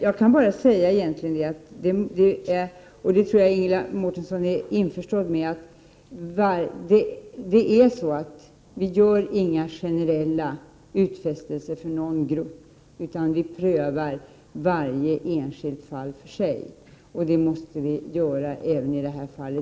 Jag kan bara säga, vilket jag tror att Ingela Mårtensson är överens med mig om, att det inte görs några generella utfästelser för någon grupp, utan varje enskilt fall prövas för sig. Det måste göras även i detta fall.